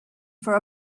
for